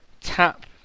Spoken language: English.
tap